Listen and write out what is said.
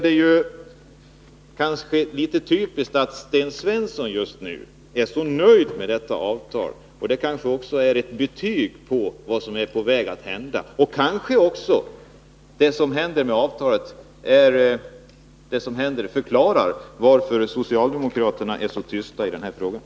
Det är kanske typiskt att Sten Svensson är så nöjd med detta avtal. Det är måhända också ett tecken på vad som är på väg att hända, och det kan också förklara varför socialdemokraterna är så tysta på denna punkt.